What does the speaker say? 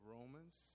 Romans